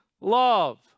love